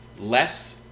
less